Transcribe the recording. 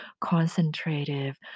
concentrative